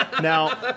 Now